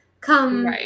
come